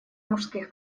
мужских